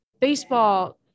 baseball